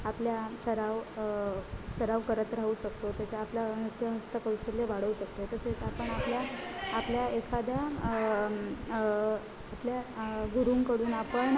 आपल्या सराव सराव करत राहू शकतो त्याच्या आपल्या नृत्य हस्तकौशल्य वाढवू शकतो तसेच आपण आपल्या आपल्या एखाद्या आपल्या गुरुंकडून आपण